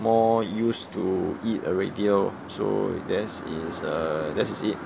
more used to it already lor so that's is a that's is it